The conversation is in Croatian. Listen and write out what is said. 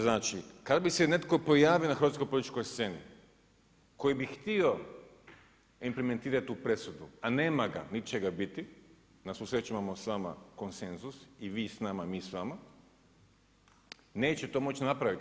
Znači, kad bi se netko pojavio na hrvatskoj političkoj sceni, koji bi htio implementirati tu presudu, a nema ga nit će ga biti, na svu sreću imamo s vama konsenzus, i vi s nama, mi s vama, neće moći to napraviti.